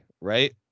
right